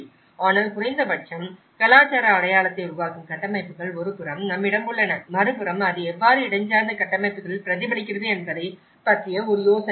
ஆனால் குறைந்தபட்சம் கலாச்சார அடையாளத்தை உருவாக்கும் கட்டமைப்புகள் ஒருபுறம் நம்மிடம் உள்ளன மறுபுறம் அது எவ்வாறு இடஞ்சார்ந்த கட்டமைப்புகளில் பிரதிபலிக்கிறது என்பதைப் பற்றிய ஒரு யோசனை கிடைக்கும்